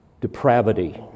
depravity